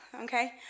Okay